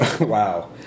Wow